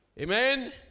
Amen